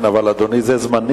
כן, אבל, אדוני, זה זמני.